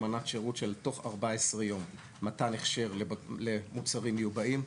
אמנת שירות של תוך 14 יום מתן הכשר למוצרים מיובאים.